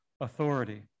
authority